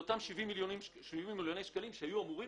ההפסד הוא אותם 70 מיליון שקלים שהיו אמורים